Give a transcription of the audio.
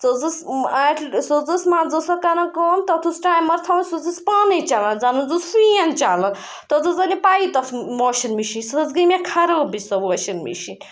سُہ حظ ٲسۍ اَکہِ لَٹہِ ٲس سُہ حظ ٲس منٛزٕ ٲس سۄ کَران کٲم تَتھ اوس ٹایمَر تھَوان سۄ حظ ٲس پانَے چَلان زَن حظ اوس فین چَلان تَتھ حظ لٔج نہٕ پَیی تَتھ واشنٛگ مِشیٖن سُہ حظ گٔیٚے مےٚ خرابٕے سۄ واشنٛگ مِشیٖن